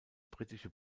britische